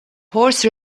horse